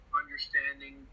understanding